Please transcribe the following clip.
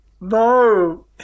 No